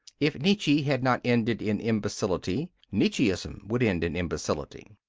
if nietzsche had not ended in imbecility, nietzscheism would end in imbecility.